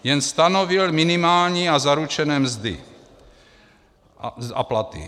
Jen stanovil minimální a zaručené mzdy a platy.